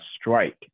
strike